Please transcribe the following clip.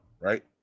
right